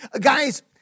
Guys